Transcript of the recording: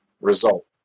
result